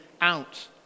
out